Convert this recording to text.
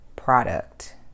product